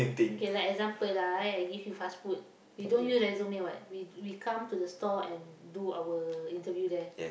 K like example lah I give you fast food we don't use resume what we we come to the store and do our interview there